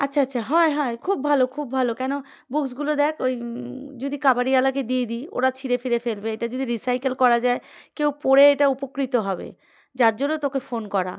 আচ্ছা আচ্ছা হয় হয় খুব ভালো খুব ভালো কেন বুকসগুলো দেখ ওই যদি কাবাডি আলাকে দিয়ে দিই ওরা ছিঁড়ে ফিরে ফেলবে এটা যদি রিসাইকেল করা যায় কেউ পড়ে এটা উপকৃত হবে যার জন্য তোকে ফোন করা